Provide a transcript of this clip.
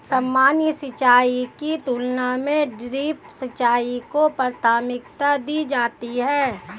सामान्य सिंचाई की तुलना में ड्रिप सिंचाई को प्राथमिकता दी जाती है